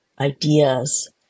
ideas